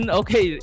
okay